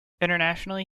internationally